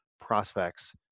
prospects